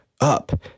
up